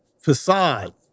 facade